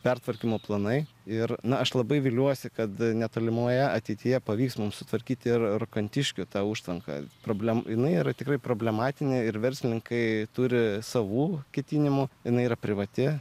pertvarkymo planai ir na aš labai viliuosi kad netolimoje ateityje pavyks mums sutvarkyti ir kantiškių tą užtvanką problemų jinai yra tikrai problematinė ir verslininkai turi savų ketinimų jinai yra privati